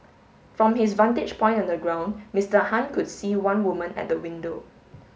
from his vantage point on the ground Mister Han could see one woman at the window